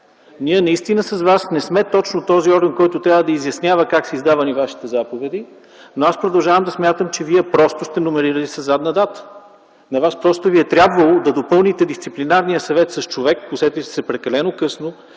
Ние наистина с Вас не сме точно този орган, който трябва да изяснява как са издавани Вашите заповеди, но аз продължавам да смятам, че Вие просто сте номерирали заповед със задна дата. На Вас просто Ви е трябвало да допълните Дисциплинарния съвет с човек. Усетили сте се прекалено късно